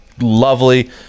lovely